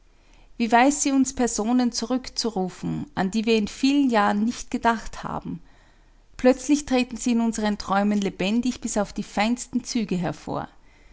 wie weiß sie uns personen zurückzurufen an die wir in vielen jahren nicht gedacht haben plötzlich treten sie in unseren träumen lebendig bis auf die feinsten züge hervor